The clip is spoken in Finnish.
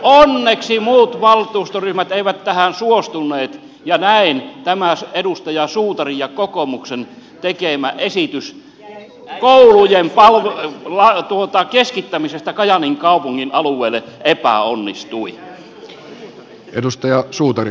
onneksi muut valtuustoryhmät eivät tähän suostuneet ja näin tämä edustaja suutarin ja kokoomuksen tekemä esitys koulujen keskittämisestä kajaanin kaupungin alueelle epäonnistui